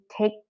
take